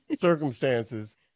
circumstances